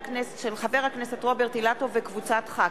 מאת חבר הכנסת נסים זאב, הצעת חוק-יסוד: